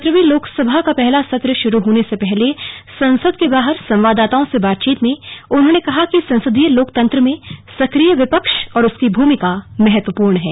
सत्रहवीं लोकसभा का पहला सत्र शुरू होने से पहले संसद के बाहर संवाददाताओं से बातचीत में उन्होंने कहा कि संसदीय लोकतंत्र में सक्रिय विपक्ष और उसकी भूमिका महत्वपूर्ण है